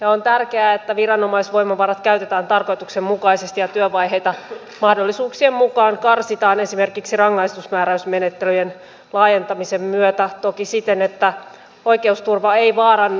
on tärkeää että viranomaisvoimavarat käytetään tarkoituksenmukaisesti ja työvaiheita mahdollisuuksien mukaan karsitaan esimerkiksi rangaistusmääräysmenettelyjen laajentamisen myötä toki siten että oikeusturva ei vaarannu